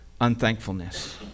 unthankfulness